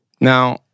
Now